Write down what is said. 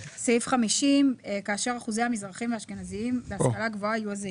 אני רק אזכיר שוב שזה בעצם פוסט שכתבה עורכת הדין רות דיין